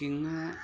cooking